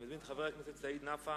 אני מזמין את חבר הכנסת סעיד נפאע,